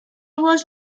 was